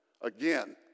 Again